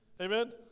Amen